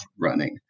running